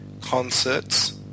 concerts